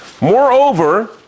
Moreover